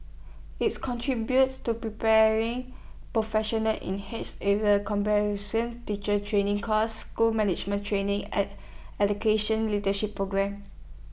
IT contributes to preparing professionals in his areas teacher training courses school management training and education leadership programmes